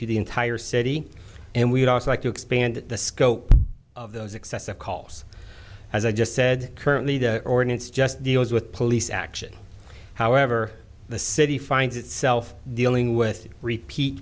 to the entire city and we'd also like to expand the scope of those excessive calls as i just said currently the ordinance just deals with police action however the city finds itself dealing with repeat